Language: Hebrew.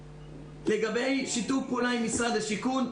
לגבי שיתוף פעולה עם משרד השיכון.